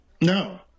No